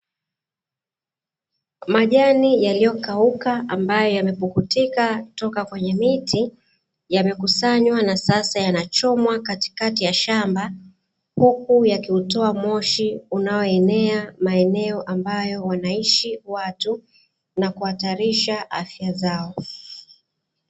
Majani yaliyokauka ambayo yamepukutika toka kwenye miti, yamekusanywa na sasa yanachomwa katikati ya shamba, huku yakiutoa moshi unaoenea maeneo ambayo wanaishi watu na kuhatarisha afya zao.